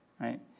right